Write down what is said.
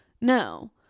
No